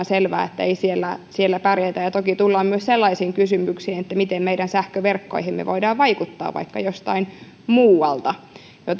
selvää että ei siellä siellä pärjätä ja toki tullaan myös sellaisiin kysymyksiin että miten meidän sähköverkkoihimme voidaan vaikuttaa vaikka jostain muualta